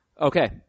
Okay